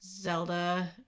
Zelda